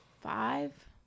Five